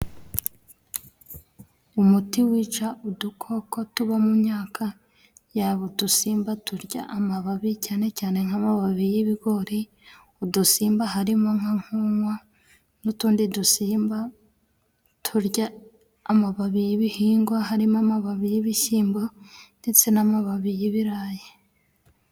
Umuti wica udukoko tuba mu myaka yaba udusimba turya amababi cyane cyane nk'amababi y'ibigori, udusimba harimo nka kunywa n'utundi dusimba turya amababi y'ibihingwa harimo amababi y'ibishyimbo ndetse n'amababi y'ibirayi.